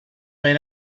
been